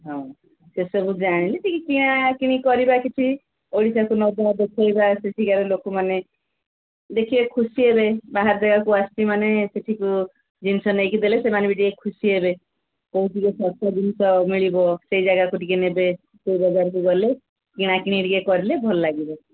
ହଁ ସେସବୁ ଜାଣିଲେ ଟିକେ କିଣାକିଣି କରିବା କିଛି ଓଡ଼ିଶାକୁ ନେବା ଦେଖେଇବା ସେଠିକାର ଲୋକମାନେ ଦେଖିବେ ଖୁସି ହେବେ ବାହାର ଜାଗାକୁ ଆସିଛି ମାନେ ସେଠି ଜିନିଷ ନେଇକି ଦେଲେ ସେମାନେ ବି ଟିକେ ଖୁସି ହେବେ କୋଉଠି ଶସ୍ତା ଜିନିଷ ମିଳିବ ସେଇ ଜାଗାକୁ ଟିକେ ନେବେ ସେଇ ବଜାରକୁ ଗଲେ କିଣାକିଣି ଟିକେ କରିଲେ ଭଲ ଲାଗିବ